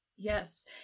Yes